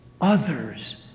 others